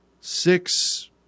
six